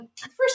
first